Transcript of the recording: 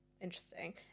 interesting